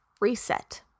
reset